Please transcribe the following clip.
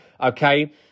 Okay